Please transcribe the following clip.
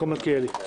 שישה.